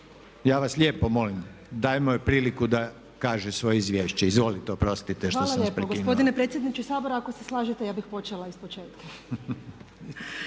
Ja vas lijepo molim dajmo joj priliku da kaže svoje izvješće. Izvolite, oprostite što sam vas prekinuo. **Vidović, Lora** Hvala lijepa. Gospodine predsjedniče Sabora ako se slažete, ja bih počela ispočetka.